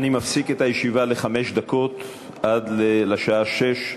אני מפסיק את הישיבה לחמש דקות, עד לשעה 18:00,